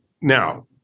now